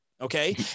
Okay